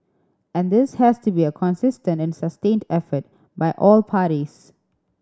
and this has to be a consistent and sustained effort by all parties